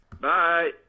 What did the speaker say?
bye